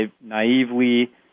naively